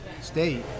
state